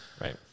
Right